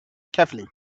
carefully